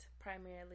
primarily